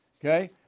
Okay